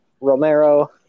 Romero